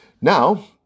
Now